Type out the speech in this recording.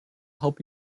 help